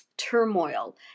turmoil